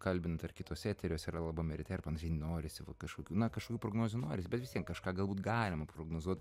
kalbinu tai ar kituose eteriuose ar labame ryte ir panašiai norisi kažkokių na kažkokių prognozių norisi bet vis tiek kažką galbūt galima prognozuot